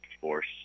force